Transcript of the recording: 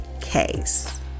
Case